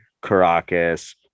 caracas